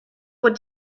what